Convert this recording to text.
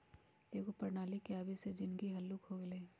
एकेगो प्रणाली के आबे से जीनगी हल्लुक हो गेल हइ